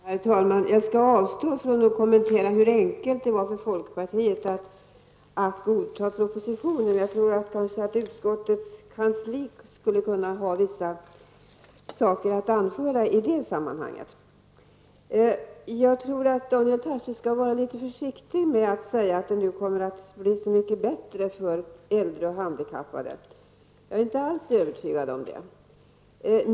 Herr talman! Jag skall avstå från att kommentera hur enkelt det var för folkpartiet att godta propositionen. Jag tror att utskottets kansli skulle kunna ha vissa saker att anföra i det sammanhanget. Jag tror att Daniel Tarschys skall vara litet försiktig med att säga att det nu kommer att bli så mycket bättre för äldre och handikappade. Jag är inte alls övertygad om det.